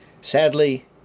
Sadly